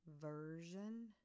Version